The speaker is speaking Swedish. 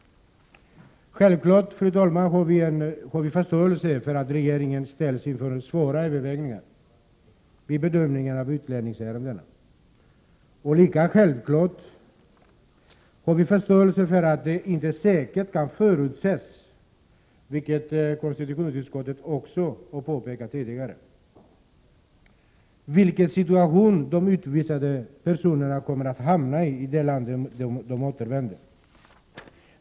Självklart, fru talman, har vi förståelse för att regeringen ställs inför svåra överväganden vid bedömning av utlänningsärenden. Lika självklart har vi förståelse för att det inte säkert kan förutses, vilket konstitutionsutskottet har påpekat tidigare, vilken situation de utvisade personerna kommer att hamna i i det land till vilket de återvänder.